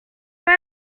pas